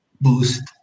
boost